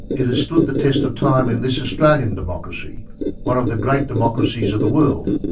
it has stood the test of time in this australian democracy one of the great democracies of the world.